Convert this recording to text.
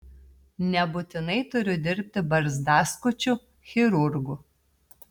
nebūtinai turiu dirbti barzdaskučiu chirurgu